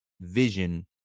vision